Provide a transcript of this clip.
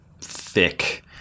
thick